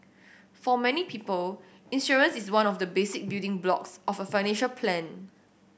for many people insurance is one of the basic building blocks of a financial plan